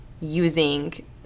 using